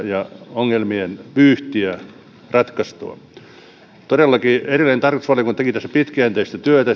ongelmien vyyhtiä ratkaistua todellakin edelleen tarkastusvaliokunta teki tässä pitkäjänteistä työtä